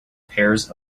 pairs